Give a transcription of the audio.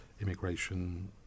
immigration